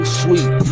sweet